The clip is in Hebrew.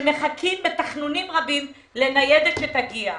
ומחכות בתחנונים רבים לניידת שתגיע אליהם.